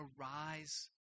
arise